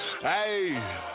Hey